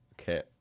Okay